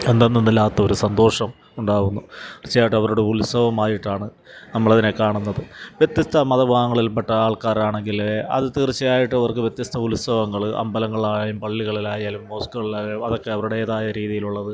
എന്തെന്നെന്നില്ലാത്തൊരു സന്തോഷം ഉണ്ടാവുന്നു തീർച്ചയായിട്ടും അവരുടെ ഉത്സവമായിട്ടാണ് നമ്മളതിനെ കാണുന്നത് വ്യത്യസ്ത മത വിഭാഗങ്ങളിൽപ്പെട്ട ആൾക്കാരാണെങ്കില് അതു തീർച്ചയായിട്ടും അവർക്ക് വ്യത്യസ്ത ഉത്സവങ്ങള് അമ്പലങ്ങളിലായാലും പള്ളികളിലായാലും മോസ്ക്കുകളിലായാലും അതൊക്കെ അവരുടേതായ രീതിയിലുള്ളത്